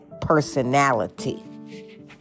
personality